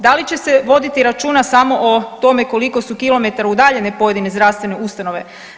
Da li će se voditi računa samo o tome koliko su kilometara udaljene pojedine zdravstvene ustanove?